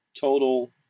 total